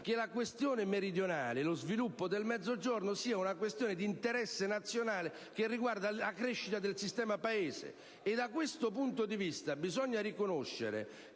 che la questione meridionale e lo sviluppo del Mezzogiorno sia un aspetto d'interesse nazionale che riguarda la crescita del sistema Paese. A tal proposito, bisogna riconoscere